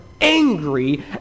angry